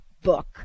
Book